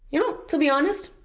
you know, to be honest,